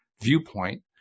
viewpoint